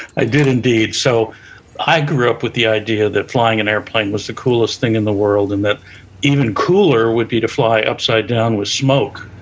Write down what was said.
i did, indeed. so i grew up with the idea that flying an airplane was the coolest thing in the world and that even cooler would be to fly upside down with smoke.